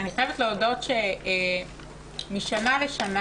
אני חייבת להודות שמשנה לשנה